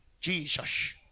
jesus